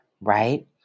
right